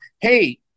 Hey